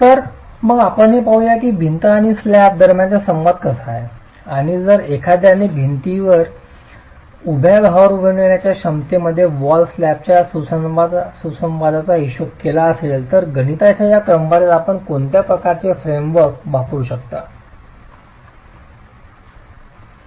तर मग आपण हे पाहूया की भिंत आणि स्लॅब दरम्यानचा संवाद कसा आहे आणि जर एखाद्याने भिंतीच्या उभ्या भार वाहून नेण्याच्या क्षमतेमध्ये वॉल स्लॅबच्या सुसंवादाचा हिशोब केला असेल तर या गणिताच्या या क्रमवारीसाठी आपण कोणत्या प्रकारचे फ्रेमवर्क वापरू शकता स्वतः